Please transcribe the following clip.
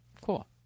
Cool